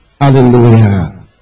Hallelujah